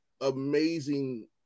amazing